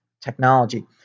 technology